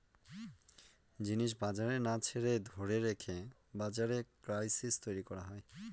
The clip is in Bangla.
জিনিস বাজারে না ছেড়ে ধরে রেখে বাজারে ক্রাইসিস তৈরী করা হয়